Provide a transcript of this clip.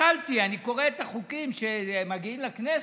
הסתכלתי, אני קורא את החוקים שמגיעים לכנסת,